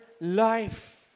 life